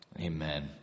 Amen